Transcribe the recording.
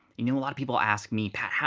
you know a lot of people ask me, pat,